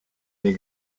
nei